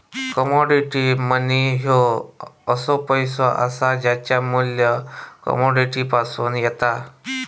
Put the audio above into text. commodity money ह्यो असो पैसो असा ज्याचा मू्ल्य कमोडिटीतसून येता